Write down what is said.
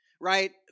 right